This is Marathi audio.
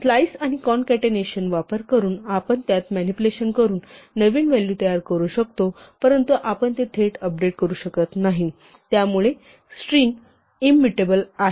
स्लाइस आणि कॉन्कॅटेनेशन वापर करून आपण त्यात मॅनिप्युलेशन करून नवीन व्हॅलू तयार करू शकतो परंतु आपण ते थेट अपडेट करू शकत नाही कारण स्ट्रिंग इंमुटेबल आहे